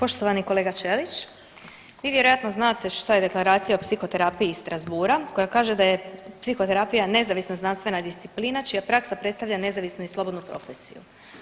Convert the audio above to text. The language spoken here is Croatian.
Poštovani kolega Ćelić, vi vjerojatno znate šta je Deklaracija o psihoterapiji iz Strasbourga koja kaže da je psihoterapija nezavisna znanstvena disciplina čija praksa predstavlja nezavisnu i slobodnu profesiju.